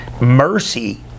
Mercy